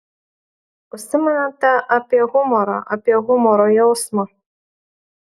užsimenate apie humorą apie humoro jausmą